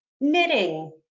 knitting